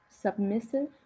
submissive